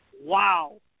Wow